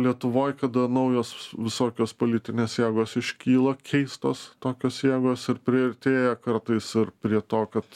lietuvoj kada naujos visokios politinės jėgos iškyla keistos tokios jėgos ir priartėja kartais ar prie to kad